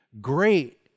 great